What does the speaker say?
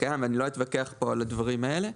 קיים ואני לא אתווכח פה על הדברים האלה,